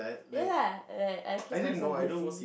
ya lah like I keep myself busy